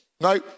No